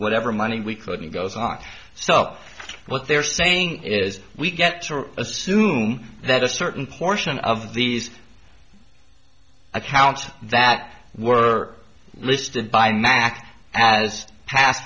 whatever money we could and goes on so what they're saying is we get to assume that a certain portion of these accounts that were listed by now act as pa